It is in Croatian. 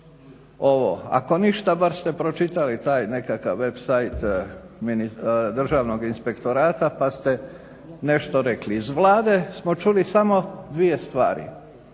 ovo. Ako ništa, bar ste pročitali taj nekakav web site Državnog inspektorata pa ste nešto rekli. Iz Vlade smo čuli samo dvije stvari,